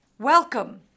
Welcome